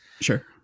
sure